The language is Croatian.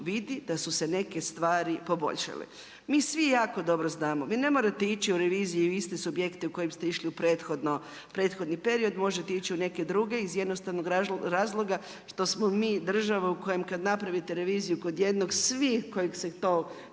vidi, da su se neke stvari poboljšale. Mi svi jako dobro znamo, vi ne morate ići u reviziju u iste subjekte u kojem ste išli u prethodni period, možete ići u neke druge iz razloga što smo mi država u kojoj kada napravite reviziju kod jednog svi kojeg se to